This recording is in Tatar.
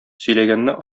сөйләгәнне